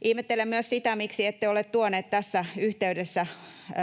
Ihmettelen myös sitä, miksi ette ole tuonut tässä yhteydessä